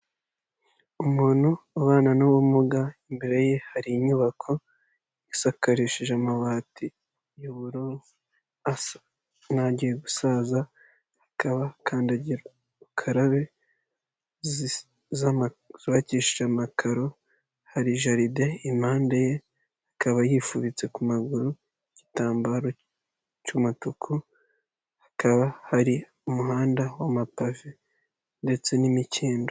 Umuntu ubana n'ubumuga imbere ye hari inyubako isakarishije amabati y'ubururu asa nkagiye gusaza. Hakaba kadagira ukarabe zubakishije amakaro hari jaride impande ye. Akaba yifubitse ku maguru igitambaro cy'umutuku, hakaba hari umuhanda w'amapave ndetse n'imikindo.